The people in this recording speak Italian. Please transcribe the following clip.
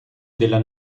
della